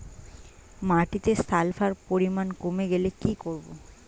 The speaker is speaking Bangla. মাটিতে সালফার পরিমাণ কমে গেলে কি করব?